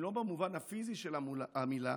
אם לא במובן הפיזי של המילה,